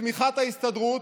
בתמיכת ההסתדרות,